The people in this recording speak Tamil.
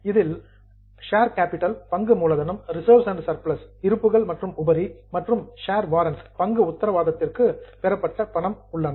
அதில் ஷேர் கேப்பிட்டல் பங்கு மூலதனம் ரிசர்வ்ஸ் அண்ட் சர்பிளஸ் இருப்புகள் மற்றும் உபரி மேலும் ஷேர் வாரண்ட் பங்கு உத்தரவாதத்திற்காக பெறப்பட்ட பணம் ஆகியவை உள்ளன